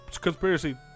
conspiracy